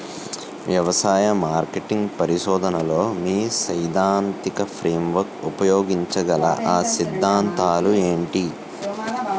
వ్యవసాయ మార్కెటింగ్ పరిశోధనలో మీ సైదాంతిక ఫ్రేమ్వర్క్ ఉపయోగించగల అ సిద్ధాంతాలు ఏంటి?